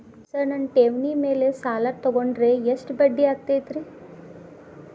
Sir ನನ್ನ ಠೇವಣಿ ಮೇಲೆ ಸಾಲ ತಗೊಂಡ್ರೆ ಎಷ್ಟು ಬಡ್ಡಿ ಆಗತೈತ್ರಿ?